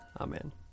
Amen